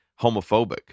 homophobic